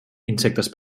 insectes